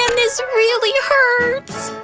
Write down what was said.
and this really hurts!